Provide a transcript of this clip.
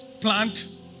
plant